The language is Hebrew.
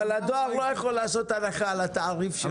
אבל הדואר לא יכול לעשות הנחה על התעריף שלו,